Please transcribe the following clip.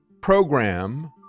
program